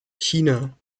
china